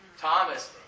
Thomas